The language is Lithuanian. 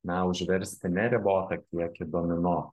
na užversti neribotą kiekį domino